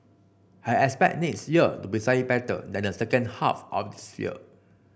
I expect next year to be slightly better than the second half of this year